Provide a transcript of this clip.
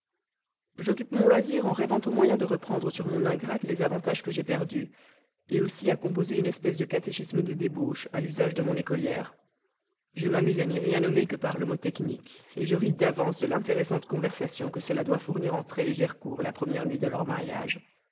j'occupe mon loisir en rêvant aux moyens de reprendre sur mon ingrate les avantages que j'ai perdus aussi à composer une espèce de catéchisme de débauche à l'usage de mon écolière je m'amuse à n'y rien nommer que par le mot technique je ris d'avance de l'intéressante conversation que cela doit fournir entre elle gercourt la première nuit de leur mariage